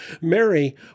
Mary